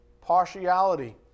Partiality